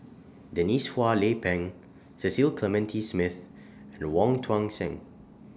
Denise Phua Lay Peng Cecil Clementi Smith and Wong Tuang Seng